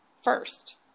first